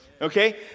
okay